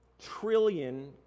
trillion